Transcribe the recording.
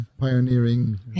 pioneering